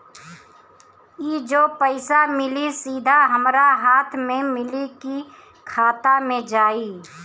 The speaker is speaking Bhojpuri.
ई जो पइसा मिली सीधा हमरा हाथ में मिली कि खाता में जाई?